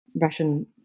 Russian